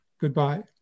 goodbye